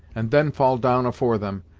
and then fall down afore them,